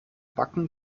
backen